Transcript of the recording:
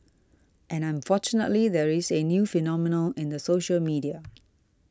and unfortunately there is a new phenomenon in the social media